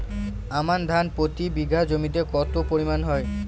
আমন ধান প্রতি বিঘা জমিতে কতো পরিমাণ হয়?